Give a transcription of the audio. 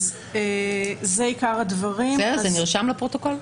זה נרשם לפרוטוקול?